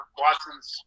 watson's